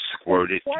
Squirted